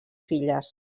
filles